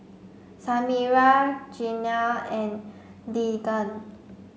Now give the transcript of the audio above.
Samira Glenna and Deegan